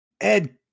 Ed